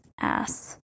ass